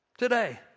Today